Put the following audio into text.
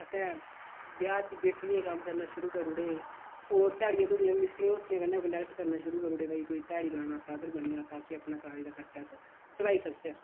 असें ब्याह् च वेटरियें दा कम्म करना शुरू करी ओड़े होर ध्याड़ियां धयूड़ियां बी मिस्तरियें मुस्तरियें कन्नै बी कंटैक्ट करना शुरू करी ओड़े भई कि कोई ध्याड़ी लाने दा साधन बनी जा तां कि अपने कालज दा खर्चा अस चलाई सकचै